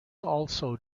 also